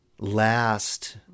last